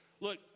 look